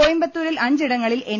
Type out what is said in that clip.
കോയമ്പത്തൂരിൽ അഞ്ച് ഇടങ്ങളിൽ എൻ